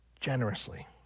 generously